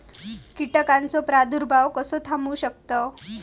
कीटकांचो प्रादुर्भाव कसो थांबवू शकतव?